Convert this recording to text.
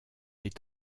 est